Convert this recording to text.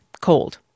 Cold